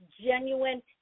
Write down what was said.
genuine